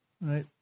right